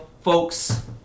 folks